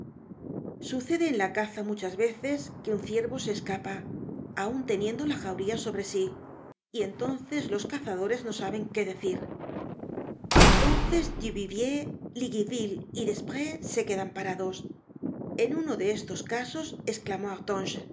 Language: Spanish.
sucede en la caza muchas veces que un ciervo se escapa aun teniendo la jauría sobre sí y entonces los cazadores no saben qué decir entonces duvivier liguiville y desprez se quedan parados en uno de estos casos esclamó